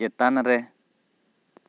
ᱪᱮᱛᱟᱱᱨᱮ